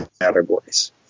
categories